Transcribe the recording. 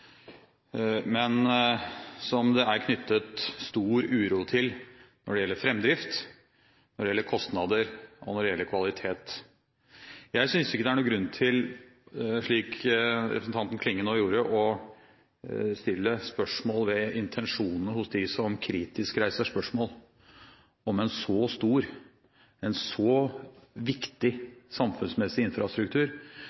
Men det er en sak som det er knyttet stor uro til når det gjelder framdrift, kostnader og kvalitet. Jeg synes ikke det er noen grunn til, slik representanten Klinge nå gjorde, å stille spørsmål ved intensjonen hos dem som kritisk reiser spørsmål om en så stor